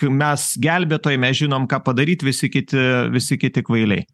mes gelbėtojai mes žinom ką padaryt visi kiti visi kiti kvailiai